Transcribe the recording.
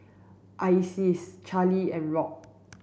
Isis Charlie and Rock